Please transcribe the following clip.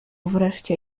wreszcie